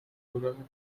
bagaruka